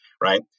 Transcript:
right